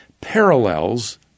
parallels